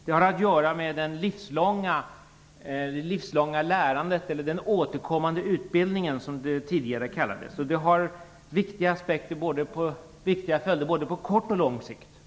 Det har att göra med det livslånga lärandet, eller den återkommande utbildningen, som det tidigare kallades. Det har viktiga följder både på kort och lång sikt.